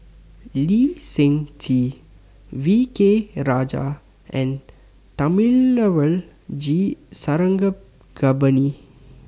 Lee Seng Tee V K Rajah and Thamizhavel G Sarangapani